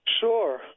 Sure